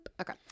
okay